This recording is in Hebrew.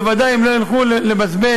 בוודאי הם לא ילכו "לבזבז"